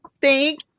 Thank